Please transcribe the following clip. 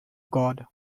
god